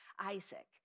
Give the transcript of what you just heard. Isaac